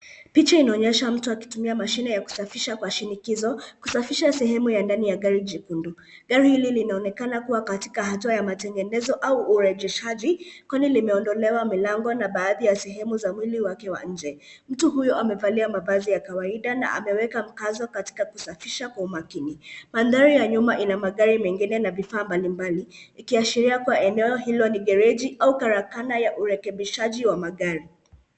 Picha inaonyesha mtu akitumia mashine ya kusafisha kwa shinikizo kusafisha sehemu ya ndani ya gari jekundu. Gari hili linaonekana kuwa katika hatua ya matengenezo au urejeshaji kwani limeondolewa milango na baadhi ya sehemu za mwili wake wa nje. Mtu huyu amevalia mavazi ya kawaida na ameweka mkazo katika kusafisha kwa umakini. Mandhari ya nyuma ina magari mengine na vifaa mbalimbali ikiashiria kuwa eneo hilo ni gereji au karakana ya urekebishaji wa magari.